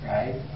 Right